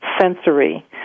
sensory